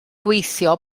gweithio